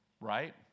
Right